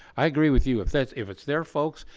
i agree with you if that's if it's there folks,